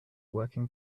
working